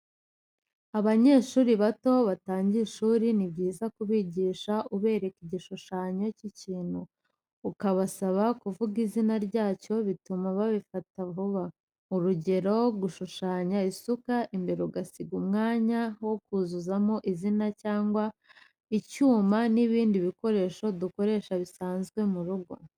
Abana bato batangiye ishuri ni byiza ku bigisha ubereka igishushanyo cy'ikintu ukabasaba kuvuga izina ryacyo bituma babifata vuba. Urugero gushushanya isuka imbere ugasiga umwanya wo kuzuzamo izina cyangwa icyuma n'ibindi bikoresho dukoresha bisanzwe mu rugo.